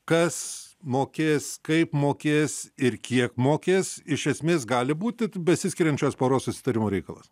kas mokės kaip mokės ir kiek mokės iš esmės gali būti besiskiriančios poros susitarimo reikalas